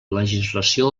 legislació